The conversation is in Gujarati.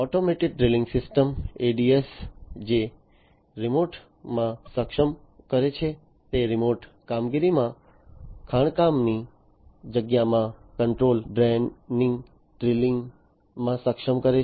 ઓટોમેટેડ ડ્રિલિંગ સિસ્ટમ એડીએસ જે રીમોટમાં સક્ષમ કરે છે તે રીમોટ કામગીરીમાં ખાણકામની જગ્યામાં કંટ્રોલ ડ્રેઇનિંગ ડ્રિલિંગcontrol draining drillingમાં સક્ષમ કરે છે